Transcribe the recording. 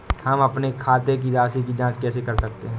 हम अपने खाते की राशि की जाँच कैसे कर सकते हैं?